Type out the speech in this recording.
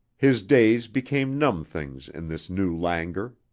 his days became numb things in this new languor.